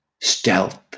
stealth